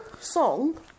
song